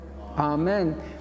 Amen